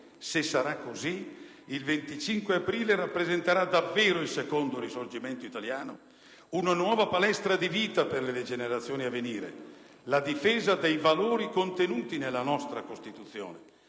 Se sarà così, il 25 aprile rappresenterà davvero il secondo Risorgimento italiano, una nuova palestra di vita per le generazioni a venire, la difesa dei valori contenuti nella nostra Costituzione,